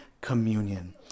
communion